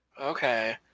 Okay